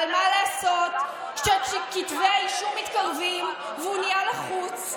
אבל מה לעשות שכשכתבי האישום מתקרבים והוא נהיה לחוץ,